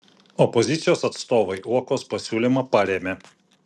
opozicijos atstovai uokos pasiūlymą parėmė